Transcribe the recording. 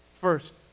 First